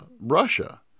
Russia